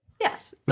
Yes